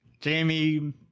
Jamie